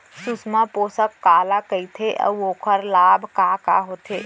सुषमा पोसक काला कइथे अऊ ओखर लाभ का का होथे?